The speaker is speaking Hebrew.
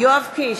יואב קיש,